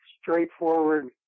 straightforward